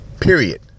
period